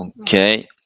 Okay